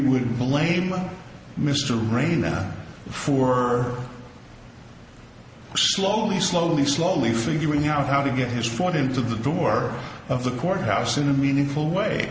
would blame mr raina for her slowly slowly slowly figuring out how to get his for him to the door of the courthouse in a meaningful way